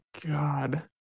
God